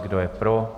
Kdo je pro?